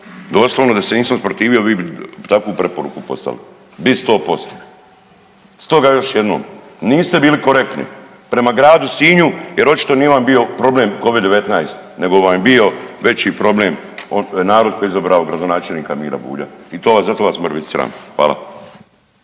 Doslovno da se nisam usprotivio vi bi takvu preporuku poslali, bi 100%. Stoga još jednom, niste bili korektni prema gradu Sinju jer očito nije vam bio problem Covid-19 nego vam je bio veći problem ono što je narod izabrao koji je izabrao gradonačelnika Mira Bulja i to, za to vas more biti sram. Hvala.